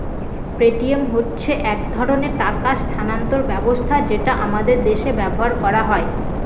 Paytm হচ্ছে এক ধরনের টাকা স্থানান্তর ব্যবস্থা যেটা আমাদের দেশে ব্যবহার করা হয়